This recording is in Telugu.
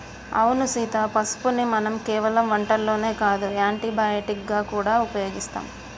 అవును సీత పసుపుని మనం కేవలం వంటల్లోనే కాదు యాంటీ బయటిక్ గా గూడా ఉపయోగిస్తాం